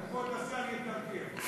כבוד השר יתרגם.